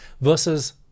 versus